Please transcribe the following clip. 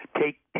Take